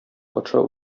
патша